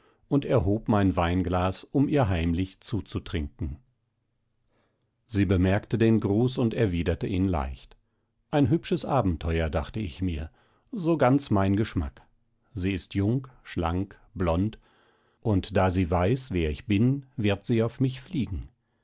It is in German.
und erhob mein weinglas um ihr heimlich zuzutrinken sie bemerkte den gruß und erwiderte ihn leicht ein hübsches abenteuer dachte ich mir so ganz mein geschmack sie ist jung schlank blond und da sie weiß wer ich bin wird sie auf mich fliegen